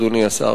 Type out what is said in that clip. אדוני השר,